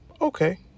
okay